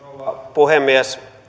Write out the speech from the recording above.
puhemies